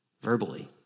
verbally